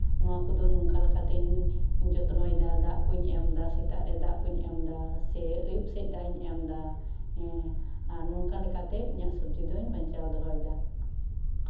ᱱᱚᱣᱟ ᱠᱚᱫᱚ ᱱᱚᱝᱠᱟ ᱞᱮᱠᱥᱟᱛᱤᱧ ᱡᱚᱛᱱᱚᱭᱮᱫᱟ ᱫᱟᱜ ᱠᱚᱧ ᱮᱢ ᱫᱟ ᱥᱮ ᱥᱮᱛᱟᱜ ᱨᱮ ᱫᱟᱜ ᱠᱚᱧ ᱮᱢ ᱫᱟ ᱟᱹᱭᱩᱵ ᱥᱮᱜ ᱫᱟᱜ ᱠᱚᱧ ᱮᱢ ᱫᱟ ᱱᱚᱝᱠᱟ ᱞᱮᱠᱟᱛᱮ ᱤᱧᱟᱹᱜ ᱥᱚᱵᱡᱤ ᱫᱚᱧ ᱵᱟᱧᱪᱟᱣ ᱫᱚᱦᱚᱭᱮᱨᱫᱟ